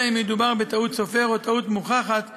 אלא אם כן מדובר בטעות סופר או טעות מוכחת בעובדה,